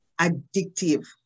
addictive